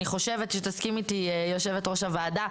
אני חושבת שתסכים איתי יושבת-ראש הוועדה,